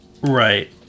Right